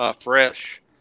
fresh